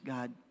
God